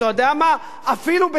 אפילו בזה שאין חשמל.